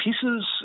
pieces